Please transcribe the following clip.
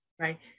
right